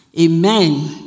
Amen